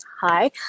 Hi